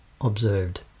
observed